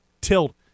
tilt